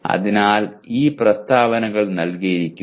അതിനാൽ ഈ പ്രസ്താവനകൾ നൽകിയിരിക്കുന്നു